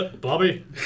Bobby